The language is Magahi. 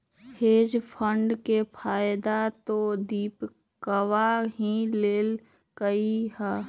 हेज फंड के फायदा तो दीपकवा ही लेल कई है